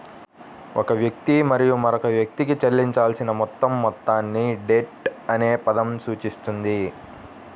ఒక వ్యక్తి మరియు మరొక వ్యక్తికి చెల్లించాల్సిన మొత్తం మొత్తాన్ని డెట్ అనే పదం సూచిస్తుంది